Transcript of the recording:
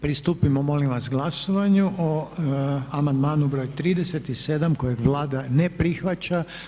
Pristupimo molim vas glasovanju o amandmanu broj 37. kojeg Vlada ne prihvaća.